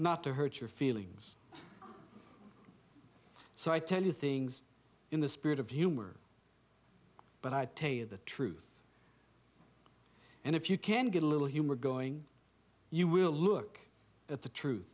not to hurt your feelings so i tell you things in the spirit of humor but i tell you the truth and if you can get a little humor going you will look at the truth